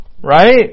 right